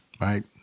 right